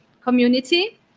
community